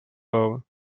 bouwen